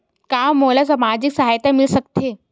का मोला सामाजिक सहायता मिल सकथे?